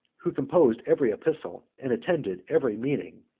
who composed every epistle, and attended every meeting,